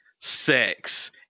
sex